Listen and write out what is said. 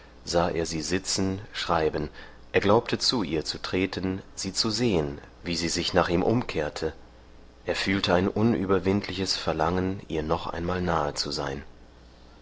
sah er sie sitzen schreiben er glaubte zu ihr zu treten sie zu sehen wie sie sich nach ihm umkehrte er fühlte ein unüberwindliches verlangen ihr noch einmal nahe zu sein